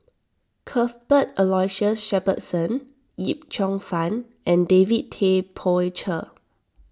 Cuthbert Aloysius Shepherdson Yip Cheong Fun and David Tay Poey Cher